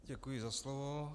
Děkuji za slovo.